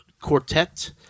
quartet